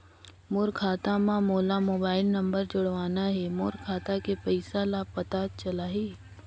मोर खाता मां मोला मोबाइल नंबर जोड़वाना हे मोर खाता के पइसा ह पता चलाही?